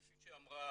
כפי שאמרה